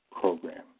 program